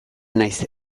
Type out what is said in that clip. naiz